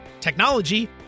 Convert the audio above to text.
technology